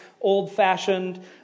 old-fashioned